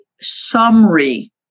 summary